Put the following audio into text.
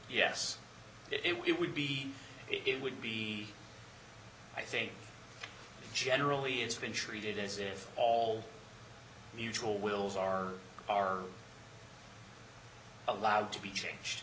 yes it would be it would be i think generally it's been treated as if all the usual wills are are allowed to be changed